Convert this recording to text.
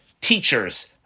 teachers